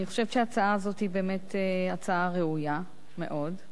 אני חושבת שההצעה הזאת היא באמת הצעה ראויה מאוד.